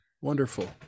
wonderful